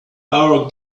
hour